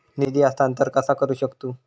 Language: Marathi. निधी हस्तांतर कसा करू शकतू?